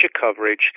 coverage